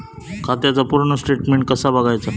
खात्याचा पूर्ण स्टेटमेट कसा बगायचा?